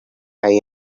die